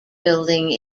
building